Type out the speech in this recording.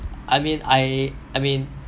I mean I I mean